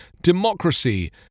democracy